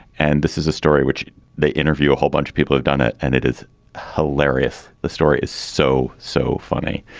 and this is a story which they interview. a whole bunch of people have done it. and it is hilarious. the story is so, so funny.